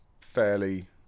fairly